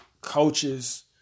coaches